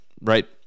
right